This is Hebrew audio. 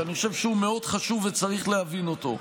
שאני חושב שהוא מאוד חשוב וצריך להבין אותו.